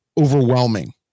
Overwhelming